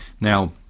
Now